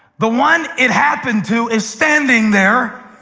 the one it happened to is standing there,